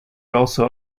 also